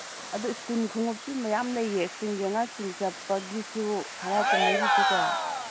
ꯑꯗꯨ ꯁ꯭ꯀꯨꯜ ꯈꯣꯡꯎꯞꯁꯨ ꯃꯌꯥꯝ ꯂꯩꯌꯦ ꯁ꯭ꯀꯨꯜꯒꯤ ꯑꯉꯥꯡ ꯁ꯭ꯀꯨꯜ ꯆꯠꯄꯒꯤꯁꯨ ꯍꯔꯥꯎ ꯀꯨꯝꯍꯩꯒꯤꯁꯨꯀꯣ